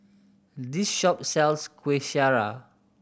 this shop sells Kueh Syara